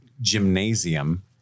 gymnasium